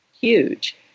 huge